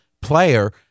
player